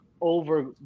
over